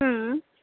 ਹਮ